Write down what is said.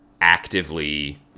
actively